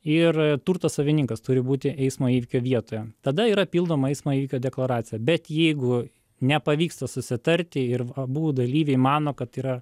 ir turto savininkas turi būti eismo įvykio vietoje tada yra pildoma eismo įvykio deklaracija bet jeigu nepavyksta susitarti ir abu dalyviai mano kad yra